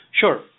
Sure